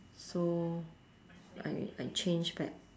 so I I change back